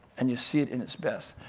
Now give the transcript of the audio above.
and you see it in its best.